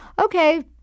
Okay